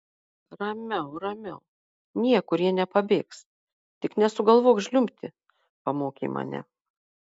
ramiau ramiau niekur jie nepabėgs tik nesugalvok žliumbti pamokė mane